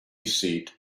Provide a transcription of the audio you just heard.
seat